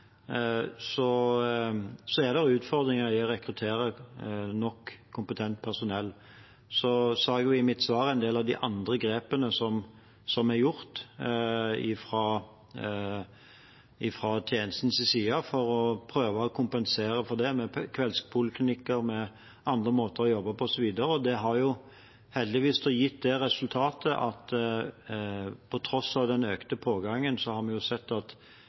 er det utfordringer med å rekruttere nok kompetent personell. Så nevnte jeg i mitt svar en del av de andre grepene som er gjort fra tjenestens side for å prøve å kompensere for det med kveldspoliklinikker og med andre måter å gjøre det på, osv. Det har heldigvis gitt det resultatet at på tross av den økte pågangen har vi sett at